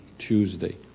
Tuesday